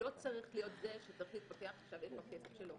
הלקוח לא צריך להיות זה שצריך להתווכח איפה הכסף שלו,